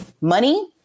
money